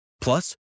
Plus